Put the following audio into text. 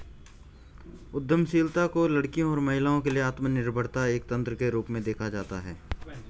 उद्यमशीलता को लड़कियों और महिलाओं के लिए आत्मनिर्भरता एक तंत्र के रूप में देखा जाता है